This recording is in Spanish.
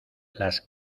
las